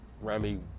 Remy